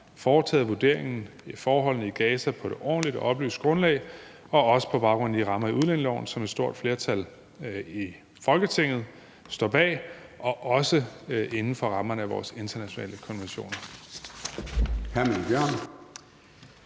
foretaget vurderingen af forholdene i Gaza på et ordentligt og oplyst grundlag og også på baggrund af de rammer i udlændingeloven, som et stort flertal i Folketinget står bag, og også inden for rammerne af vores internationale konventioner.